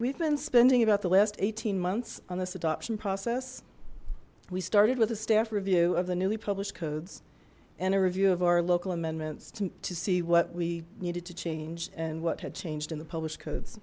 we've been spending about the last eighteen months on this adoption process we started with a staff review of the newly published codes and a review of our local amendments to see what we needed to change and what had changed in the published codes